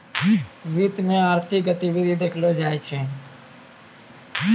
वित्त मे आर्थिक गतिविधि देखलो जाय छै